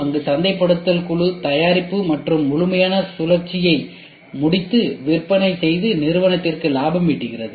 அங்கு சந்தைப்படுத்தல் குழு தயாரிப்பு மற்றும் முழுமையான சுழற்சியை முடித்து விற்பனை செய்து நிறுவனத்திற்கு லாபம் ஈட்டுகிறது